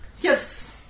Yes